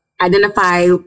identify